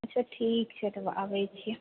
अच्छा ठीक छै तब आबै छियै